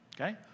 Okay